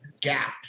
gap